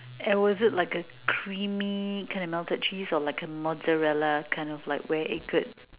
and was it like a creamy kind of melted cheese or like a mozzarella kind of like where it could